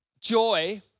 Joy